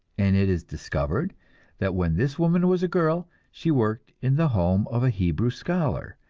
and it is discovered that when this woman was a girl, she worked in the home of a hebrew scholar,